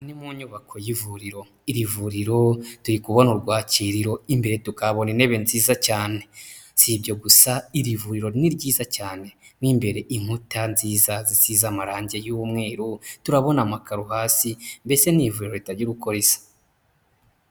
Ni mu nyubako y'ivuriro. Iri vuriro, turi kubona urwakiririro imbere tukabona intebe nziza cyane. Si ibyo gusa iri vuriro ni ryiza cyane n'imbere inkuta nziza zikiza amarangi y'umweru turabona amakaro hasi mbese n'ivuriro ritagira uko risa.